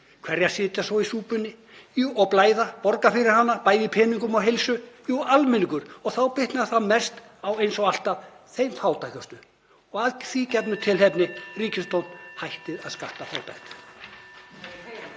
Hverjir sitja svo í súpunni og blæða, borga fyrir hana bæði í peningum og heilsu? Jú, almenningur. Og þá bitnar það mest, eins og alltaf, á þeim fátækustu. Og að því gefna tilefni: Ríkisstjórn, hættið að skatta fátækt.